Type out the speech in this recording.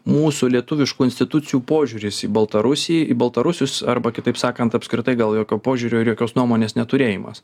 mūsų lietuviškų institucijų požiūris į baltarusį į baltarusius arba kitaip sakant apskritai gal jokio požiūrio ir jokios nuomonės neturėjimas